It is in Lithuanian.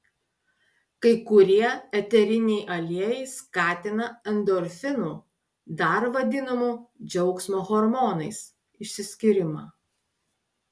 kai kurie eteriniai aliejai skatina endorfinų dar vadinamų džiaugsmo hormonais išsiskyrimą